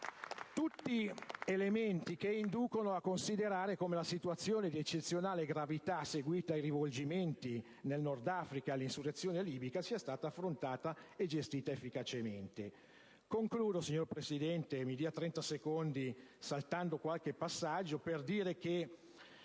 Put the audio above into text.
tutti elementi che inducono a considerare come la situazione di eccezionale gravità seguita ai rivolgimenti nel Nord Africa e all'insurrezione libica sia stata affrontata e gestita efficacemente. Concludo, signor Presidente, e, saltando qualche passaggio del mio